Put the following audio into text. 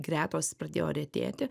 gretos pradėjo retėti